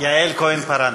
יעל כהן-פארן.